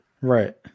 Right